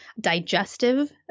digestive